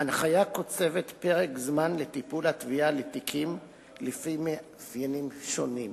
ההנחיה קוצבת פרק זמן לטיפול התביעה בתיקים לפי מאפיינים שונים,